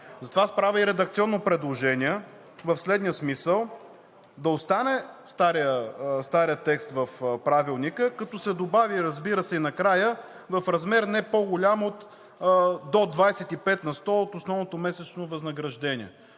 Затова аз правя редакционно предложение в следния смисъл: да остане старият текст в Правилника, като се добави, разбира се, накрая: „в размер не по-голям до 25 на сто от основното месечно възнаграждение“.